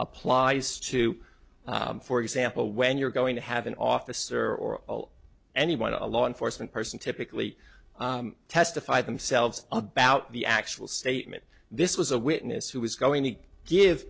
applies to for example when you're going to have an officer or all anyone a law enforcement person typically testified themselves about the actual statement this was a witness who was going to give